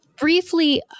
Briefly